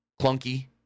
clunky